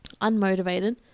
unmotivated